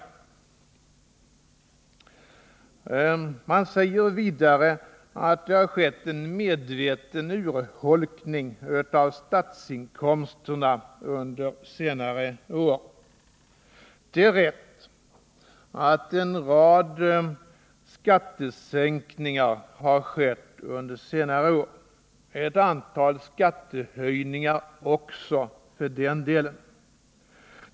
Vidare säger man att det har skett en medveten urholkning av statsinkomsterna under senare år. Det är rätt att en rad skattesänkningar har skett under senare år — ett antal skattehöjningar också för den delen.